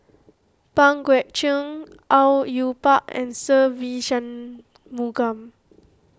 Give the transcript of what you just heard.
Pang Guek Cheng Au Yue Pak and Se Ve Shanmugam